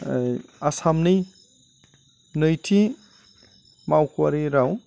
आसामनि नैथि मावख'वारि राव